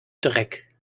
dreck